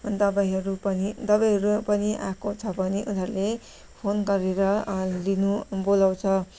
दबईहरू पनि दबाईहरू पनि आएको छ भने उनीहरूले फोन गरेर लिनु बोलाउँछ